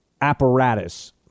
apparatus